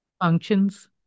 functions